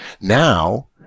now